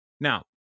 Now